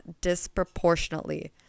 disproportionately